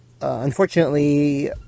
unfortunately